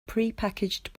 prepackaged